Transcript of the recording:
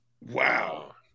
Wow